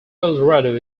eldorado